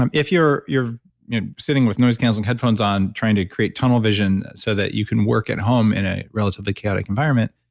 um if you're you're sitting with noise canceling headphones on trying to create tunnel vision so that you can work at home in a relatively chaotic environment,